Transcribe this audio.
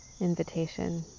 invitation